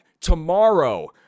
Tomorrow